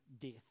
death